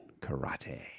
Karate